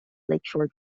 lakeshore